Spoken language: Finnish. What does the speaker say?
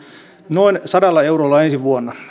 noin sadalla eurolla ensi vuonna